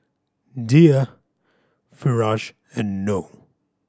Dhia Firash and Noh